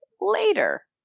later